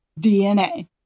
DNA